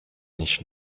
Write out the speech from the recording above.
nicht